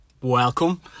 welcome